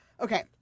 okay